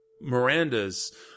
Miranda's